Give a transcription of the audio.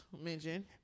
mention